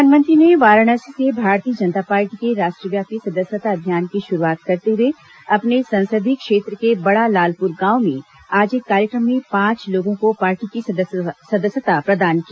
प्रधानमंत्री ने वाराणसी से भारतीय जनता पार्टी के राष्ट्रव्यापी सदस्यता अभियान की शुरूआत करते हुए अपने संसदीय क्षेत्र के बड़ा लालपुर गांव में आज एक कार्यक्रम में पांच लोगों को पार्टी की सदस्यता प्रदान की